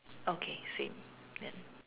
okay same then